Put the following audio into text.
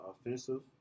Offensive